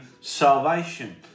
salvation